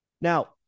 Now